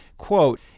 Quote